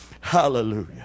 Hallelujah